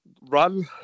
run